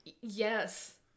yes